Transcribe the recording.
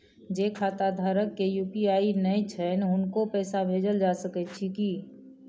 जे खाता धारक के यु.पी.आई नय छैन हुनको पैसा भेजल जा सकै छी कि?